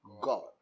God